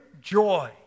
joy